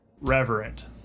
reverent